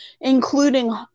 including